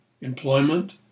employment